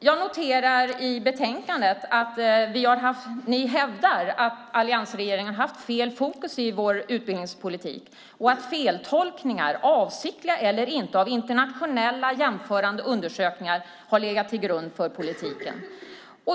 Jag noterar i betänkandet att ni hävdar att alliansregeringen har haft fel fokus i utbildningspolitiken och att feltolkningar, avsiktliga eller inte, av internationella jämförande undersökningar har legat till grund för politiken.